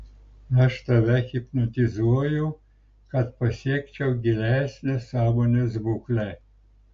aš save hipnotizuoju kad pasiekčiau gilesnę sąmonės būklę